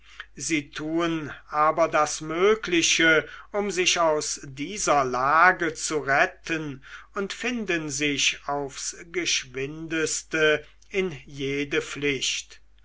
sie tun aber das mögliche um sich aus dieser lage zu retten und finden sich aufs geschwindeste in jede pflicht